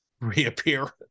reappear